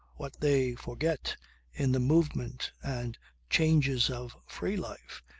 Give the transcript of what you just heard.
what they forget in the movement and changes of free life,